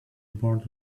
board